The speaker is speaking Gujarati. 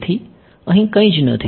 તેથી અહીં કંઈ નથી